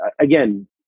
again